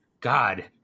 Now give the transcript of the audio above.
God